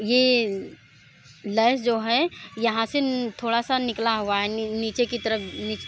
ये लैस जो है यहाँ से थोड़ा सा निकाला हुआ है नीचे की तरफ़ नीचे